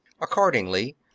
Accordingly